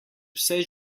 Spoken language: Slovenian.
vse